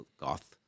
goth